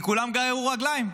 כי כולם גררו רגליים.